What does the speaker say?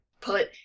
put